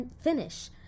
finish